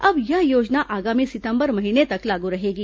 अब यह योजना आगामी सितंबर महीने तक लागू रहेगी